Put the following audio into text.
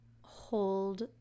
hold